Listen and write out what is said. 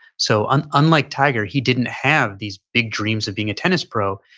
so and unlike tiger he didn't have these big dreams of being a tennis pro.